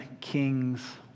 Kings